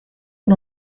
con